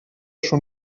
schon